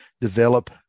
develop